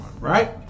right